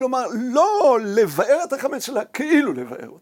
כלומר, לא לבער את החמץ שלה, כאילו לבער